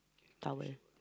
towel